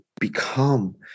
become